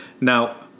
Now